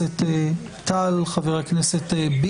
חבר הכנסת טל,